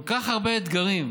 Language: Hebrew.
כל כך הרבה אתגרים,